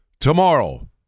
Tomorrow